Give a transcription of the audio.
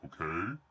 Okay